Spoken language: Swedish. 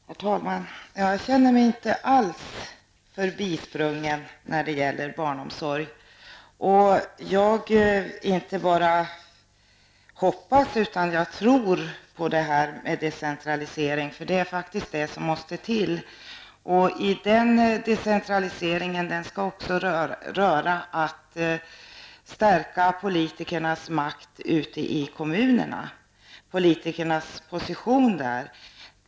Herr talman! Jag känner mig inte alls förbisprungen när det gäller barnomsorg. Jag inte bara hoppas på utan tror på decentralisering, för det är faktiskt vad som måste till. Den decentraliseringen skall också stärka politikernas makt, politikernas position i kommunerna.